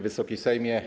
Wysoki Sejmie!